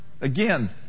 Again